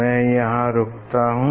मैं यहाँ रुकता हूँ